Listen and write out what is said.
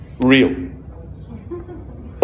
Real